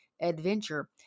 adventure